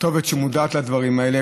שמודעת לדברים האלה,